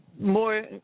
more